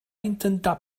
intentar